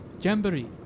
Jamboree